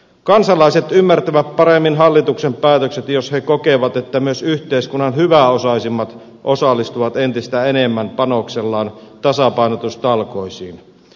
kansalaiset ymmärtävät paremmin hallituksen päätökset jos he kokevat että myös yhteiskunnan hyväosaisimmat osallistuvat entistä enemmän panoksellaan tasapainotustalkoisiin